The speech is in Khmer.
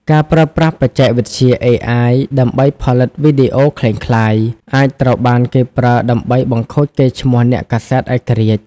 ការប្រើប្រាស់បច្ចេកវិទ្យា AI ដើម្បីផលិតវីដេអូក្លែងក្លាយ អាចត្រូវបានគេប្រើដើម្បីបង្ខូចឈ្មោះអ្នកកាសែតឯករាជ្យ។